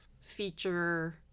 feature